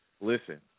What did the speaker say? listen